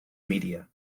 media